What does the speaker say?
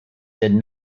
did